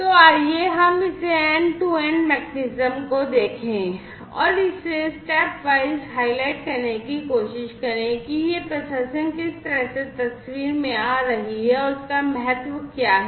तो आइए हम इसे एंड टू एंड मैकेनिज्म देखें और इसे स्टेपवाइज हाइलाइट करने की कोशिश करें कि यह प्रोसेसिंग किस तरह से तस्वीर में आ रही है और इसका महत्व क्या है